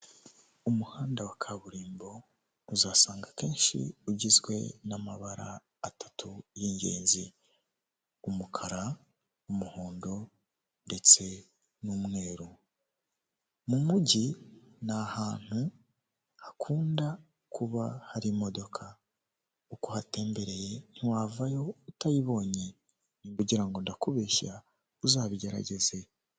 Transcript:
Umuhanda wa kaburimbo, uzasanga akenshi ugizwe n'amabara atatu y'ingenzi: umukara umuhondo ndetse n'umweru. Mu mujyi, ni ahantu hakunda kuba hari imodoka. Uko uhatembereye, ntiwavayo utayibonye. Niba ugira ngo ndakubeshya, uzabigerageze.